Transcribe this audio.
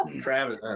Travis